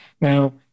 Now